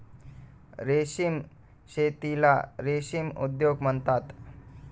रेशीम शेतीला रेशीम उद्योग म्हणतात